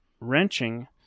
wrenching